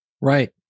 right